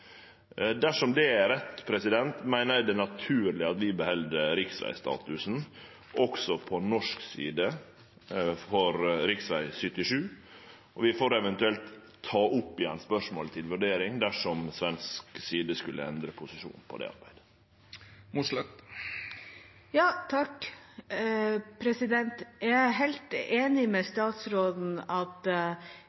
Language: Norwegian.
Dersom det er rett, meiner eg det er naturleg at vi beheld riksvegstatusen også på norsk side for rv. 77. Vi får eventuelt ta opp igjen spørsmålet til vurdering dersom svensk side skulle endre posisjon i dette spørsmålet. Jeg er helt enig med statsråden i at det er